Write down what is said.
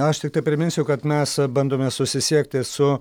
aš tiktai priminsiu kad mes bandome susisiekti su